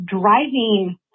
driving